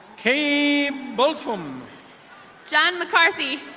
cave bulthome. john mccarthy.